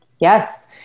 Yes